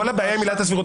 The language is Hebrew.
כל הבעיה עם עילת הסבירות,